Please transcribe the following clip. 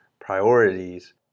priorities